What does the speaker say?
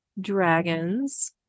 dragons